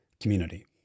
community